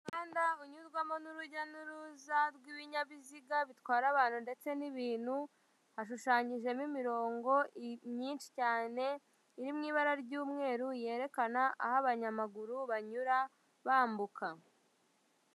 Umuhanda unyurwamo n'urujya n'uruza rw'ibinyabiziga bitwara abantu ndetse n'ibintu, hashushanyijemo imirongo myinshi cyane iri mu ibara ry'umweru yerekana aho abanyamaguru banyura bambuka.